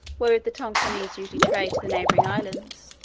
wherewith the tonquinese usually trade to the neighbouring islands,